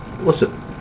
Listen